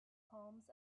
palms